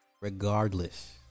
regardless